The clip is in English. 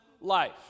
life